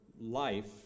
life